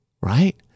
right